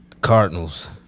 Cardinals